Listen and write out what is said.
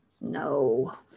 No